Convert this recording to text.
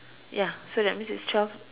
ya so that means there's twelve